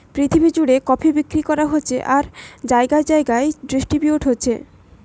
পৃথিবী জুড়ে কফি বিক্রি করা হচ্ছে আর জাগায় জাগায় ডিস্ট্রিবিউট হচ্ছে